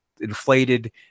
inflated